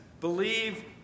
believe